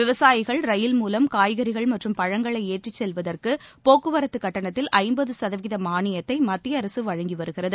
விவசாயிகள் ரயில் மூலம் காய்கறிகள் மற்றும் பழங்களை ஏற்றி செல்வதற்கு போக்கவரத்து கட்டணத்தில் ஐம்பது சதவீத மானியத்தை மத்திய அரசு வழங்கி வருகிறது